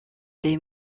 des